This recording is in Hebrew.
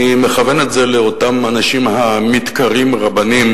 אני מכוון את זה לאותם אנשים המתקראים רבנים,